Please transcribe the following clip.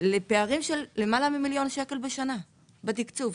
לפערים של למעלה ממיליון שקלים בשנה בתקצוב.